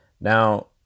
Now